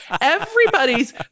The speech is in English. Everybody's